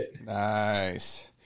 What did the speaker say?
Nice